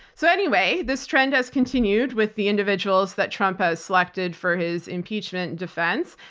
so anyway, this trend has continued with the individuals that trump has selected for his impeachment defense.